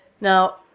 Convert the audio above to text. Now